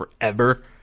forever